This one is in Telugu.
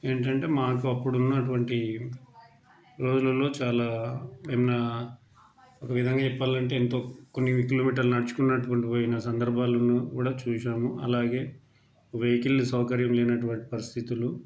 ఏంటంటే మాకు అప్పుడున్నటువంటి రోజులలో చాలా ఉన్న ఒక విధంగా చెప్పాలంటే ఎంతో కొన్ని కిలోమీటర్లు నడుచుకున్నటువంటి పోయిన సందర్భాలును కూడా చూసాము అలాగే వెహికల్ సౌకర్యం లేనటువంటి పరిస్థితులు